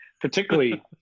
particularly